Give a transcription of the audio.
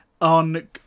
On